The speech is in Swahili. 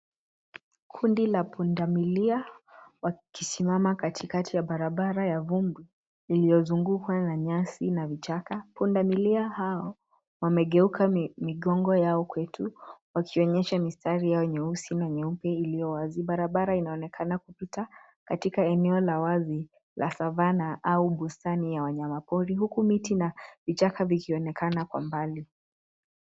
Kundi la punda milia wakisimama katikati ya barabara ya vumbi iliyozungukwa na nyasi na vichaka. Punda milia hao wamegeuka na mi migongo yao kwetu wakionyesha mistari yao nyeusi na nyeupe iliyo wazi. Barabara inaonekana kupita katika eneo la wazi la savanna au bustani ya wanyama pori. Huku miti na vichaka vinaonekana kwa mbali.